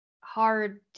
hard